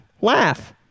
Laugh